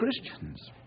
Christians